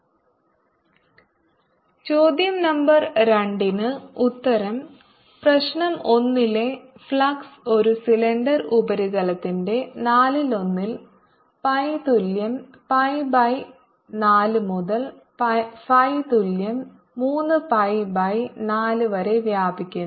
dS2Rcos2ϕ3Rsin2RdϕdzR22ϕ3ϕdϕdzR22ϕdϕdz ചോദ്യ നമ്പർ 2 ന് ഉത്തരം പ്രശ്നം 1 ലെ ഫ്ലക്സ് ഒരു സിലിണ്ടർ ഉപരിതലത്തിന്റെ നാലിലൊന്നിൽ പൈ തുല്യം പൈ ബൈ 4 മുതൽ phi തുല്യം 3 പൈ ബൈ 4 വരെ വ്യാപിക്കുന്നു